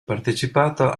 partecipato